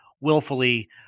willfully